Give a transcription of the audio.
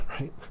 right